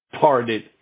parted